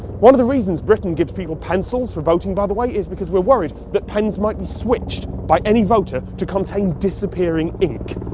one of the reasons britain gives people pencils for voting, by the way, is because we're worried that pens might be switched by any voter to contain disappearing ink.